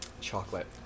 Chocolate